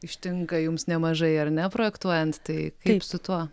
ištinka jums nemažai ar ne projektuojant tai kaip su tuo